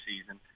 season